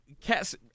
cats